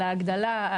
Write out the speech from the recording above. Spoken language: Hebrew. על ההגדלה,